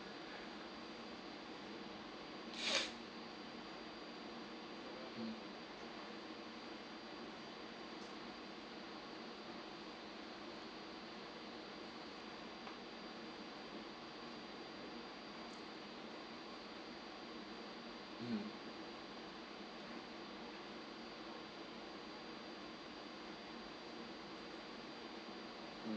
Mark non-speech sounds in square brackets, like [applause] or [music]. [noise] mm mm